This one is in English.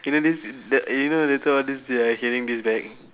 you know this t~ you know later all this they are hearing this back